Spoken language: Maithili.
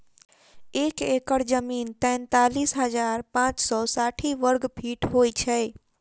एक एकड़ जमीन तैँतालिस हजार पाँच सौ साठि वर्गफीट होइ छै